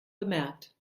bemerkt